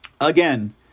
Again